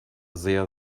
sehr